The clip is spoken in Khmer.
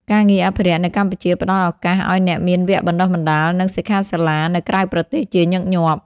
ការងារអភិរក្សនៅកម្ពុជាផ្តល់ឱកាសឱ្យអ្នកមានវគ្គបណ្តុះបណ្តាល និងសិក្ខាសាលានៅក្រៅប្រទេសជាញឹកញាប់។